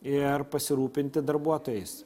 ir pasirūpinti darbuotojais